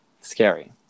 Scary